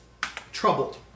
troubled